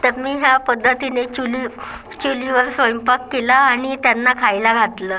तर मी ह्या पद्धतीने चुली चुलीवर स्वयंपाक केला आणि त्यांना खायला घातलं